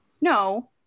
No